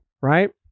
right